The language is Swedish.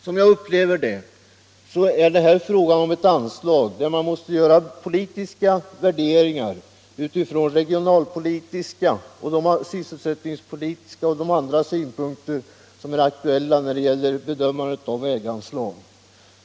Som jag upplever det gäller det här ett anslag där man måste göra politiska värderingar utifrån regionalpolitiska, sysselsättningspolitiska och andra synpunkter som är aktuella vid bedömningen av väganslagen.